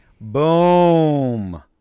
Boom